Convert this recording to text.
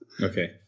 Okay